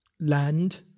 land